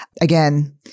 Again